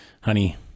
honey